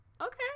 okay